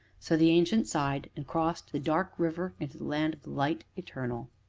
so, the ancient sighed, and crossed the dark river into the land of light eternal.